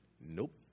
Nope